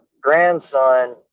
grandson